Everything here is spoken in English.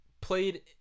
played